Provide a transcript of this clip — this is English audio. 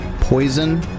poison